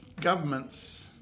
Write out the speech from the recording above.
governments